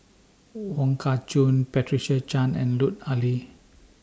Wong Kah Chun Patricia Chan and Lut Ali